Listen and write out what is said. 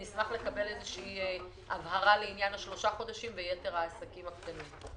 נשמח לקבל הבהרה לעניין השלושה חודשים ביתר העסקים הקטנים.